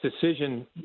decision